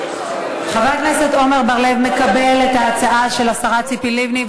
חבר הכנסת עמר בר-לב מקבל את ההצעה של השרה ציפי לבני.